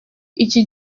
iki